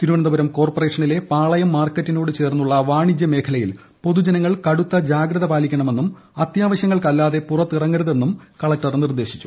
തിരുവനന്തപുരം കോർപ്പറേഷനിലെ പാളയം മാർക്കറ്റിനോട് ചേർന്നുള്ള വാണിജ്യ മേഖലയിൽ പൊതുജനങ്ങൾ കടുത്ത ജാഗ്രത പാലിക്കണമെന്നും അത്യാവശൃങ്ങൾക്കല്ലാതെ പുറത്തിറങ്ങരുതെന്നും കളക്ടർ നിർദ്ദേശിച്ചു